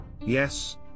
Yes